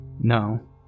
No